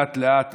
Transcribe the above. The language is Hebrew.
לאט-לאט,